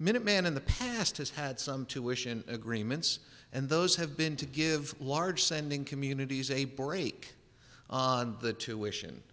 minuteman in the past has had some tuition agreements and those have been to give large sending communities a break on the tuition